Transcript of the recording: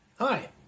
Hi